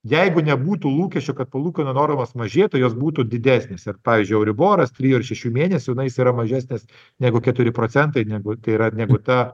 jeigu nebūtų lūkesčių kad palūkanų normos mažėtų jos būtų didesnės ir pavyzdžiui euriboras trijų ar šešių mėnesių na jis yra mažesnis negu keturi procentai negu tai yra negu ta